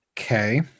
okay